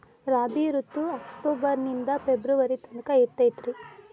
ರಾಬಿ ಋತು ಅಕ್ಟೋಬರ್ ನಿಂದ ಫೆಬ್ರುವರಿ ತನಕ ಇರತೈತ್ರಿ